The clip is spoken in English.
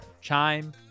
Chime